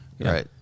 right